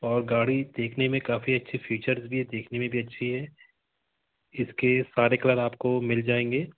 और गाड़ी देखने में काफ़ी अच्छे फीचर्स भी है देखने में भी अच्छी है इसके सारे कलर आपको मिल जाएंगे